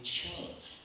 change